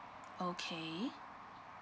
okay